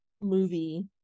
movie